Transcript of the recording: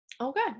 Okay